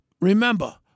Remember